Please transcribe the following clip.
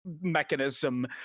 mechanism